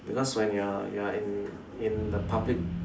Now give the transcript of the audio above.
because when you're you're in in the public